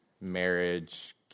marriage